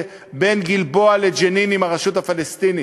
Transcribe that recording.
בין הגלבוע לג'נין עם הרשות הפלסטינית.